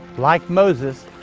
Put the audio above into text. like moses,